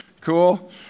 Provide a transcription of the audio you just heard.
Cool